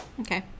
Okay